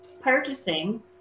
purchasing